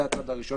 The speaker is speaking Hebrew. זה הצעד הראשון.